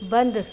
बंदि